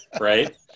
Right